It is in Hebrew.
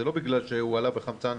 זה לא בגלל שהוא עלה בחמצן,